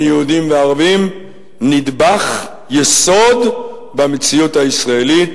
יהודים לערבים נדבך יסוד במציאות הישראלית,